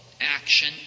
action